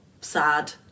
sad